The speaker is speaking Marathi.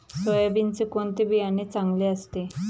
सोयाबीनचे कोणते बियाणे चांगले असते?